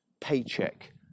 paycheck